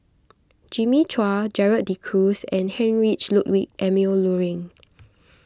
Jimmy Chua Gerald De Cruz and Heinrich Ludwig Emil Luering